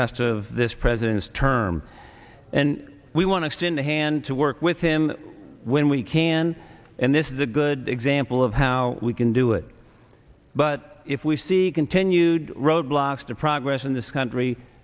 rest of this president's term and we want to extend a hand to work with him when we can and this is a good example of how we can do it but if we see continued roadblocks to progress in this country